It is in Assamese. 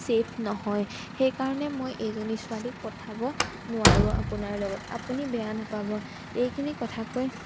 ছেফ নহয় সেইকাৰণে মই এইজনী ছোৱালীক পঠিয়াব নোৱাৰোঁ আপোনাৰ লগত আপুনি বেয়া নাপাব এইখিনি কথা কৈ